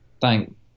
thank